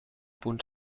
punt